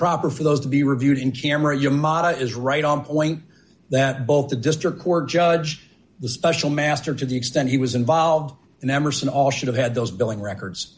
proper for those to be reviewed in camera your model is right on point that both the district court judge the special master to the extent he was involved in emerson all should have had those billing records